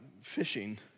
fishing